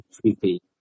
creepy